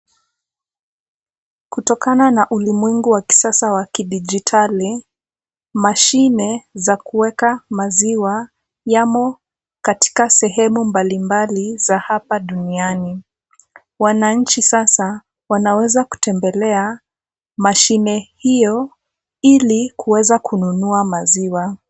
Kutokana na ulimwengu wa kisasa wa kidijitali, mashine za kuweka maziwa yamo katika sehemu mbalimbali za hapa duniani. Wananchi sasa wanaweza kutembelea mashine hiyo ili kuweza kununua maziwa.